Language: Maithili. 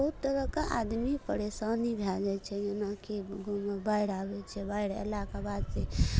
बहुत तरहके आदमी परेशानी भए जाइ छै जेना कि बाढ़ि आबै छै बाढ़ि अयलाके बाद जे